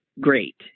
great